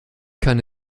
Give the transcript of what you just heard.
kann